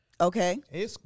Okay